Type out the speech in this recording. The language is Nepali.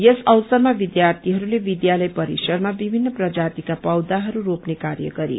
यस अवसरमा विद्यार्थीहरूले विद्यालय परिसरमा विभिन्न प्रजातिका पौषाहरू रोने कार्य गरे